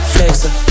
Flexer